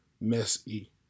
messy